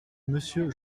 monsieur